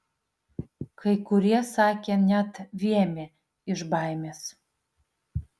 kai kurie sakė net vėmę iš baimės